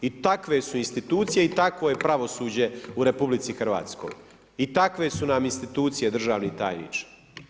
I takve su institucije i takvo je pravosuđe u RH i takve su nam institucije, državni tajniče.